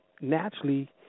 naturally